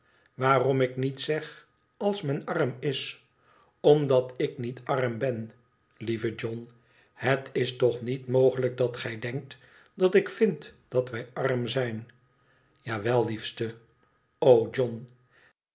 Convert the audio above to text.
waarom ik niet zeg als men arm is omdat ik niet arm ben lieve john het is toch niet mogelijk dat gij denkt dat ik vind da wij arm zijn ja wel liefste o john